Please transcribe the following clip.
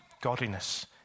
Godliness